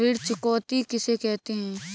ऋण चुकौती किसे कहते हैं?